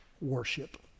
worship